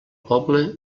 poble